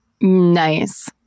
Nice